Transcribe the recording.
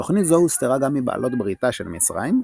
תוכנית זו הוסתרה גם מבעלות בריתה של מצרים,